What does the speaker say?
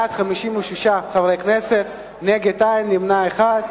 בעד, 56 חברי כנסת, נגד, אין, נמנע אחד.